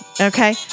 Okay